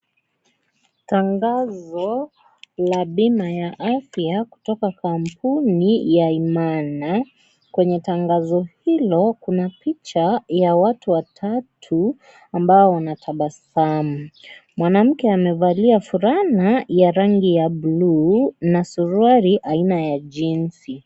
Tangazo la bima ya afya kutoka kampuni ya Imana. Kwenye tangazo hilo kuna picha ya watu watatu, ambao wanatabasamu. Mwanamke amevalia fulana ya rangi ya bluu na suruali aina ya jeansi .